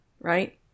right